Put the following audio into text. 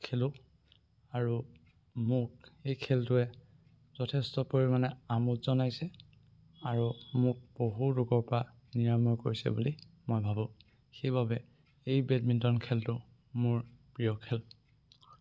খেলোঁ আৰু মোক এই খেলটোৱে যথেষ্ট পৰিমাণে আমোদ জনাইছে আৰু মোক বহু ৰোগৰ পৰা নিৰাময় কৰিছে বুলি মই ভাবোঁ সেইবাবে এই বেডমিণ্টন খেলটো মোৰ প্ৰিয় খেল